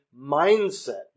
mindset